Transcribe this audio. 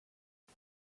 het